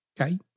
okay